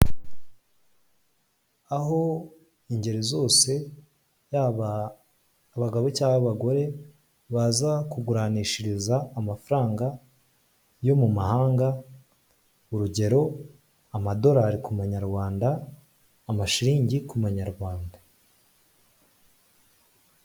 Aho ingeri zose, yaba abagabo cya abagore, baza kuguranishiriza amafaranga yo mu mahanga, urugero; amadorari ku manyarwanda, amashiringi ku manyarwanda.